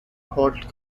holt